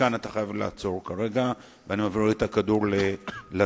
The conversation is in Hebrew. חייבים לעצור כרגע ולהעביר את הכדור לשר.